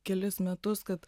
kelis metus kad